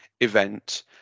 event